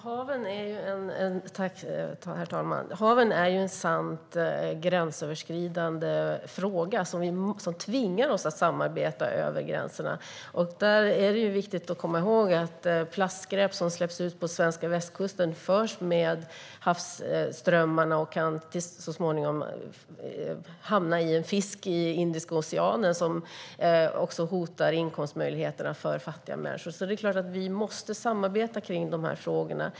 Herr talman! Haven är en sant gränsöverskridande fråga som tvingar oss att samarbeta över gränserna. Där är det viktigt att komma ihåg att plastskräp som släpps ut på den svenska västkusten förs med havsströmmarna och så småningom kan hamna i en fisk i Indiska oceanen. Det hotar inkomstmöjligheterna för fattiga människor. Det är klart att vi måste samarbeta kring de här frågorna.